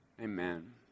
Amen